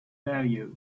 value